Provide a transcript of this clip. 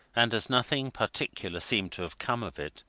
and as nothing particular seemed to have come of it,